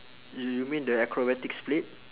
you mean the acrobatic split